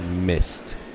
missed